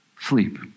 sleep